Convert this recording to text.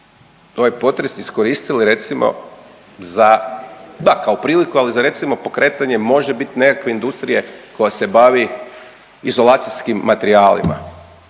ovaj potres iskoristili recimo za, da kao priliku, ali za recimo pokretanje možebit nekakve industrije koja se bavi izolacijskim materijalima.